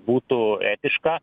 būtų etiška